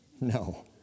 No